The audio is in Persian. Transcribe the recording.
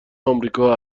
آمریکا